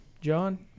john